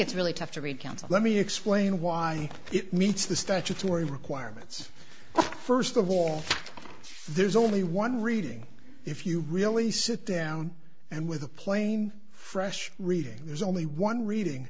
counsel let me explain why it meets the statutory requirements first of all there's only one reading if you really sit down and with a plain fresh reading there's only one reading